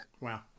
Wow